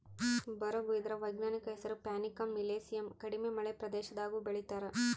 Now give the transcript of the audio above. ಬರುಗು ಇದರ ವೈಜ್ಞಾನಿಕ ಹೆಸರು ಪ್ಯಾನಿಕಮ್ ಮಿಲಿಯೇಸಿಯಮ್ ಕಡಿಮೆ ಮಳೆ ಪ್ರದೇಶದಾಗೂ ಬೆಳೀತಾರ